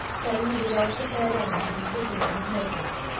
came with a well-prepared army into the kingdom of naples,